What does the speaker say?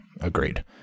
agreed